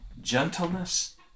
gentleness